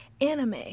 anime